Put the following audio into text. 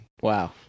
Wow